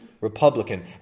Republican